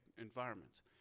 environments